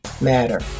matter